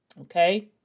Okay